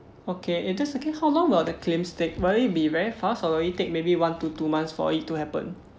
okay if that's the case how long will the claims take will it be very fast or will it take maybe one to two months for it to happen